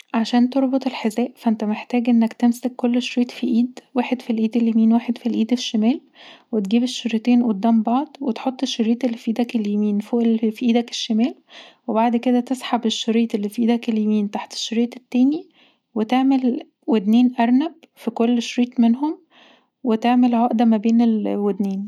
عشان تربط الحذاء فأنت محتاج تمسك كل شريط في ايد واحد في الايد اليمين وواحد في الايد الشمال وتجيب الشريطين قدام بعض وتحط الشريط اللي في ايدك اليمين فوق اللي في ايدك الشمال وبعد كدا تسحب الشريط اللي في ايدك اليمين تحت الشريط التاني وتعمل ودنين ارنب في كل شريط منهم وتعمل عقده مابين الودنين